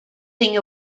thing